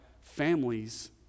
families